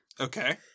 Okay